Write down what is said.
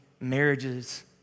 marriages